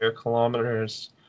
kilometers